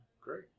Great